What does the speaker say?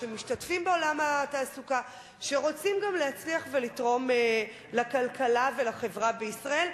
שמשתתפות בעולם התעסוקה ושרוצות גם להצליח ולתרום לכלכלה ולחברה בישראל.